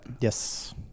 yes